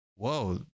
Whoa